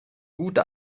gute